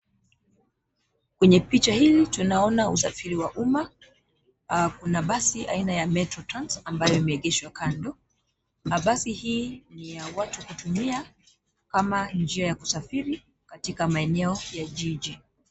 Kwenye picha hili tunaonaa usafiri wa umma. Kuna basi la aina ya metrotrans ambayo imeegeshwa kando na basi hii ni ya watu kutumia kama njia ya kusafiri katika maeneo ya jiji.